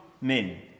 min